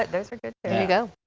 those are good, go.